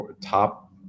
top